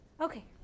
Okay